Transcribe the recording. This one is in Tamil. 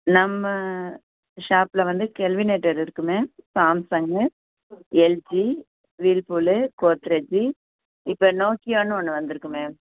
நம்ம ஷாப்பில் வந்து கெல்வினேடர் இருக்கு ma'am Samsung LG Whirlpool Godrej இப்போ நோக்கியான்னு ஒன்று வந்து இருக்கு மேம்